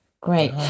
great